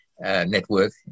network